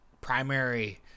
primary